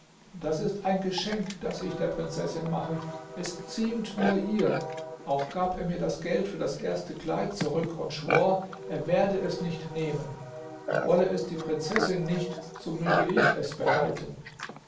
das ist ein geschenk das ich der prinzessin mache es ziemt nur ihr auch gab er mir das geld für das erste kleid zurück und schwor er werde es nicht nehmen wolle es die prinzessin nicht so möge ich es behalten